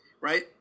right